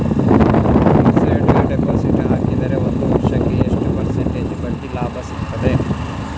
Fixed deposit ಹಾಕಿದರೆ ಒಂದು ವರ್ಷಕ್ಕೆ ಎಷ್ಟು ಪರ್ಸೆಂಟೇಜ್ ಬಡ್ಡಿ ಲಾಭ ಸಿಕ್ತದೆ?